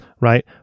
right